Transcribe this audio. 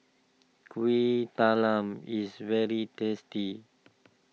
Kueh Talam is very tasty